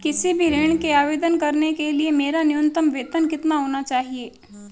किसी भी ऋण के आवेदन करने के लिए मेरा न्यूनतम वेतन कितना होना चाहिए?